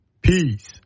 Peace